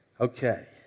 Okay